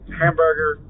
hamburger